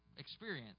Experience